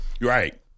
Right